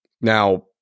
Now